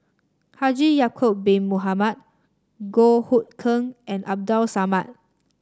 Haji Ya'acob Bin Mohamed Goh Hood Keng and Abdul Samad